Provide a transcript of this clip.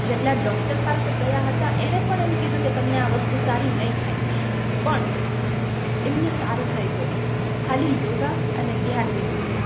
જેટલાં ડોક્ટર પાસે ગયાં હતાં એણે પણ એમ કીધું કે તમને આ વસ્તુ સારી નહીં થાય પણ એમને સારું થઈ ગયું ખાલી યોગ અને ધ્યાનને લીધે